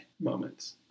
moments